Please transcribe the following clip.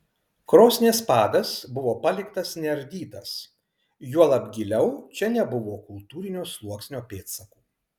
krosnies padas buvo paliktas neardytas juolab giliau čia nebuvo kultūrinio sluoksnio pėdsakų